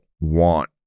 want